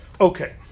Okay